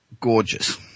gorgeous